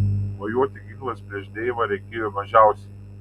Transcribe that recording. mojuoti ginklais prieš deivą reikėjo mažiausiai